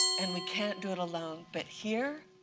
and we can't do it alone. but here,